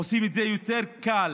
עושים את זה יותר קל,